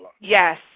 Yes